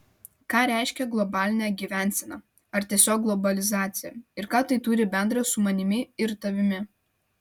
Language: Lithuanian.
ką reiškia globalinė gyvensena ar tiesiog globalizacija ir ką tai turi bendra su manimi ir tavimi